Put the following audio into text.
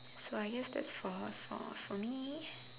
so I guess that's for for me